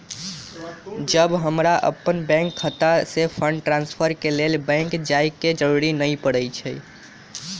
अब हमरा अप्पन बैंक खता में फंड ट्रांसफर के लेल बैंक जाय के जरूरी नऽ परै छइ